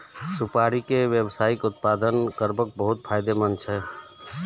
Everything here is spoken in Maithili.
सुपारी के व्यावसायिक उत्पादन करब बहुत फायदेमंद छै